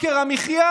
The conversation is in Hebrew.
יוקר המחיה?